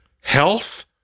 health